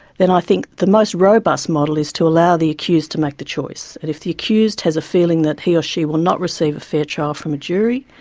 then i think the most robust model is to allow the accused to make the choice, but if the accused has a feeling that he or she will not receive a fair trial from a jury,